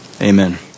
Amen